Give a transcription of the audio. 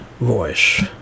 voice